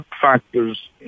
factors